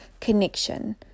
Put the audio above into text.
connection